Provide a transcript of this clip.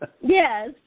Yes